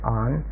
on